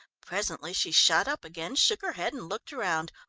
presently she shot up again, shook her head and looked round,